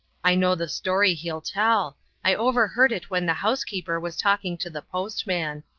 i know the story he'll tell i overheard it when the housekeeper was talking to the postman.